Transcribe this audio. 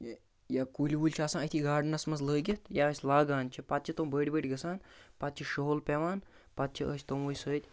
یہِ یا کُلۍ وُلۍ چھِ آسان أتھی گارڈنَس منٛز لٲگِتھ یا أسۍ لاگان چھِ پَتہٕ چھِ تِم بٔڈۍ بٔڈۍ گَژھان پَتہٕ چھِ شُہُل پٮ۪وان پَتہٕ چھِ أسۍ تِموٕے سۭتۍ